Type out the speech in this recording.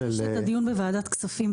יש לי את הדיון בוועדת כספים,